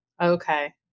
Okay